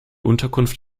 unterkunft